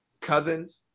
Cousins